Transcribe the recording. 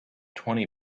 twenty